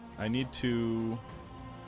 i need to